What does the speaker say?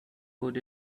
could